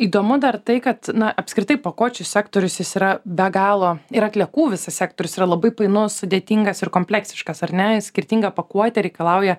įdomu dar tai kad na apskritai pakuočių sektorius jis yra be galo ir atliekų visas sektorius yra labai painus sudėtingas ir kompleksiškas ar ne skirtinga pakuotė reikalauja